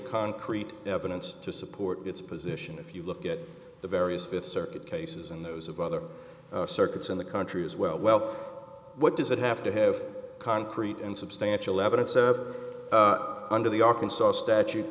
concrete evidence to support its position if you look at the various fifth circuit cases and those of other circuits in the country as well what does it have to have concrete and substantial evidence under the arkansas statute